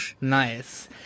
Nice